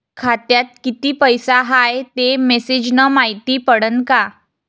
खात्यात किती पैसा हाय ते मेसेज न मायती पडन का?